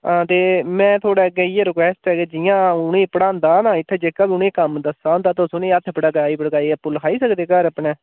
हां ते मैं थुआढ़े अग्गें इ'ऐ रीक्वेस्ट ऐ के जि'यां उ'नें पढ़ांदा इत्थें जेह्का बी उ'नें कम्म दस्से दा होंदा तुस उं'दा हत्थ पकड़ाई पकड़ाई आपूं लखाई सकदे घर अपनै